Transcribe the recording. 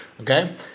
Okay